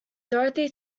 dorothy